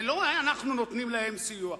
זה לא אנחנו נותנים להם סיוע,